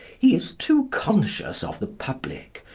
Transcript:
he is too conscious of the public,